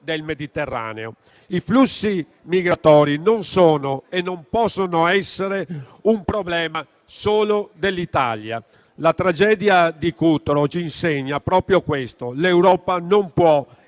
del Mediterraneo. I flussi migratori non sono e non possono essere un problema solo dell'Italia. La tragedia di Cutro ci insegna proprio questo; l'Europa non può